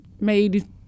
made